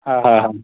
હા હા હા